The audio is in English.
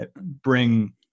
bring